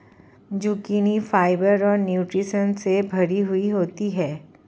zucchini fibre और nutritions से भरी हुई होती है